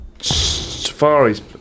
Safari's